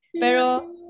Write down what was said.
pero